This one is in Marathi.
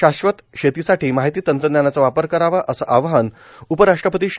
शाश्वत शेतीसाठी माहिती तंत्रज्ञानाचा वापर करावा असे आवाहन उपराष्ट्रपती श्री